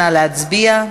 נא להצביע.